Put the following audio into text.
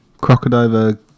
Crocodile